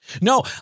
No